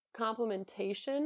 Complementation